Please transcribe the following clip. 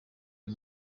uyu